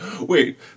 Wait